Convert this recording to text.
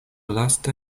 laste